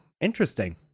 interesting